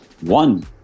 one